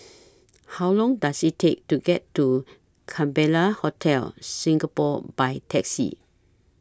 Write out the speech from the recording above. How Long Does IT Take to get to Capella Hotel Singapore By Taxi